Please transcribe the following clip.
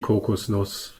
kokosnuss